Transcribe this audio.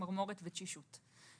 צמרמורת ותשישות.